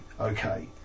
Okay